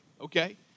Okay